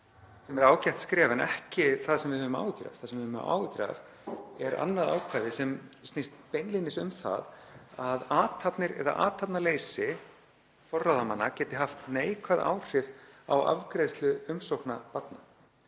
sem er ágætt skref en ekki það sem við höfum áhyggjur af. Það sem við höfum áhyggjur af er annað ákvæði sem snýst beinlínis um það að athafnir eða athafnaleysi forráðamanna geti haft neikvæð áhrif á afgreiðslu umsókna barna.